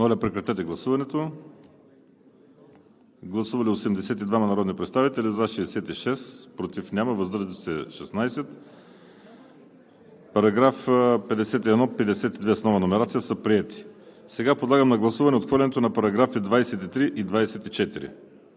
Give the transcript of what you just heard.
§ 51 и новия § 52. Гласували 82 народни представители: за 66, против няма, въздържали се 16. Параграф 51 и 52 с нова номерация са приети. Сега подлагам на гласуване отхвърлянето на параграфи 23 и 24.